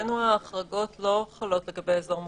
מבחינתנו ההחרגות לא חלות לגבי אזור מוגבל,